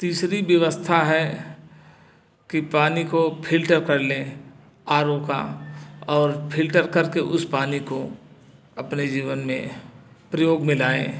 तीसरी व्यवस्था है कि पानी को फिल्टर कर लें आर ओ का और फिल्टर करके उस पानी को अपने जीवन में प्रयोग में लाएं